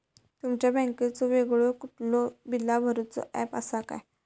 तुमच्या बँकेचो वेगळो कुठलो बिला भरूचो ऍप असा काय?